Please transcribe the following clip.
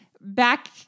back